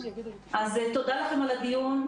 תודה לכם על הדיון.